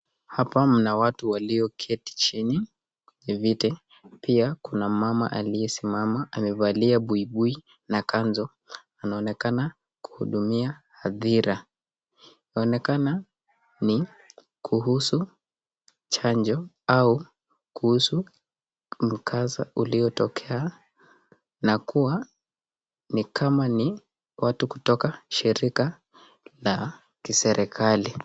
Hapa mna watu walioketi chini pia kuna mama aliyesimama amevalia buibui na kanzu anaonekana kuhudumia hadhira. Inaonekana ni kuhusu chanjo au kuhusu mkasa uliotokea na kuwa ni kama ni watu kutoka shirika la kiserekali.